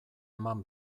eman